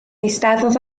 eisteddodd